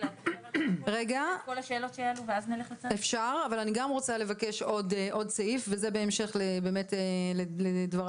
אבל אני גם רוצה לבקש עוד סעיף וזה בהמשך באמת לדבריו